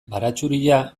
baratxuria